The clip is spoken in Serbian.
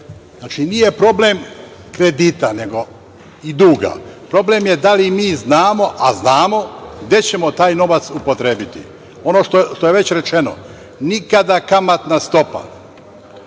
Znači, nije problem kredita i duga, problem je da li mi znamo, a znamo, gde ćemo taj novac upotrebiti. Ono što je već rečeno, nikada kamatna stopa,